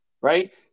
right